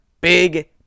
Big